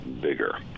bigger